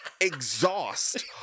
Exhaust